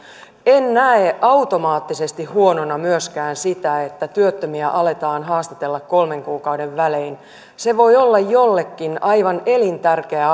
en näe automaattisesti huonona myöskään sitä että työttömiä aletaan haastatella kolmen kuukauden välein se voi olla jollekin aivan elintärkeä